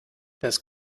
das